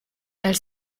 elle